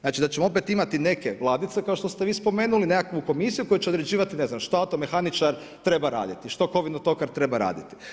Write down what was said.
Znači da ćemo opet imati neke ladice kao što ste vi spomenuli, nekakvu komisiju koja će određivati ne znam što automehaničar treba raditi, što kovinotokar treba raditi.